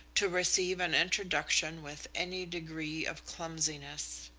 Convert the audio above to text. to receive an introduction with any degree of clumsiness.